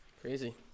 Crazy